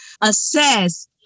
assess